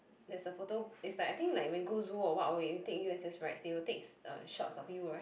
there's a photo it's like I think like when you go zoo or what when you go u_s_s rides they will take uh shots of your [right]